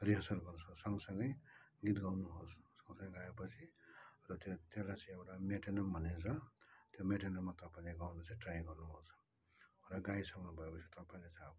rehearsal गर्नुस् सँगसँगै गीत गाउनुहोस् सँगसँगै गाएपछि र त्यो त्यसलाई चाहिँ एउटा मेटेनेम भनेको छ त्यो मेटेनेममा तपाईँले गाउनु चाहिँ ट्राई गर्नु लाउँछ र गाइसक्नु भएपछि तपाईँलाई चाहिँ अब